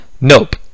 Nope